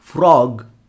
Frog